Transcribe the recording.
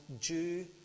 Jew